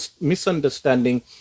misunderstanding